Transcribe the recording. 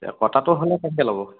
এই কটাটো হ'লে কমকে ল'ব